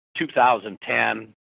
2010